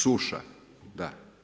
Suša, da.